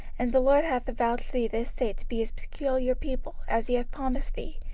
and the lord hath avouched thee this day to be his peculiar people, as he hath promised thee,